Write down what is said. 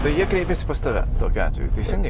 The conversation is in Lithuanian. ir jie kreipiasi pas tave tokiu atveju teisingai